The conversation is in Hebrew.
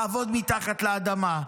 לעבוד מתחת לאדמה,